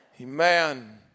Amen